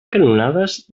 canonades